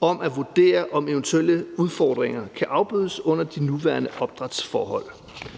om at vurdere, om eventuelle udfordringer kan afbødes under de nuværende opdrætsforhold.